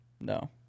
No